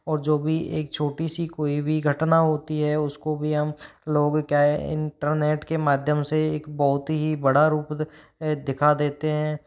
और जो भी एक छोटी सी कोई भी घटना होती है उसको भी हम लोग क्या है इंटरनेट के माध्यम से एक बहुत ही बड़ा रूप दिखा देते है